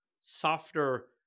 softer